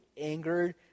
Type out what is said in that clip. angered